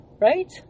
Right